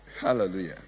Hallelujah